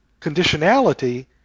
conditionality